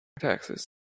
taxes